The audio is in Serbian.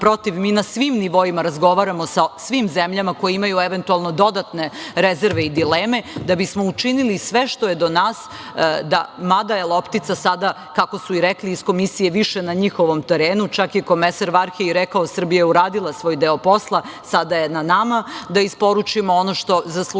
mi na svim nivoima razgovaramo sa svim zemljama koje imaju eventualno dodatne rezerve i dileme da bismo učinili sve što je do nas, mada je loptica sada, kako su i rekli iz Komisije, više na njihovom terenu, čak je komesar Varhej rekao – Srbija je uradila svoj deo posla, sada je na nama da isporučimo ono što zaslužujemo. Dosta